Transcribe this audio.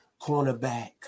cornerback